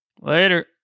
Later